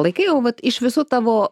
laikai o vat iš visų tavo